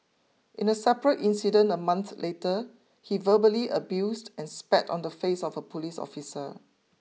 in a separate incident a month later he verbally abused and spat on the face of a police officer